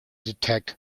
detect